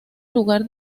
lugar